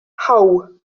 how